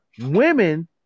women